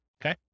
Okay